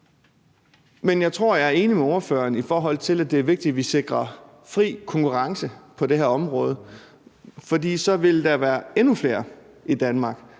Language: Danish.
Men jeg tror, jeg er enig med ordføreren i, at det er vigtigt, at vi sikrer fri konkurrence på det her område, for så vil der være endnu flere i Danmark,